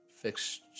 fixed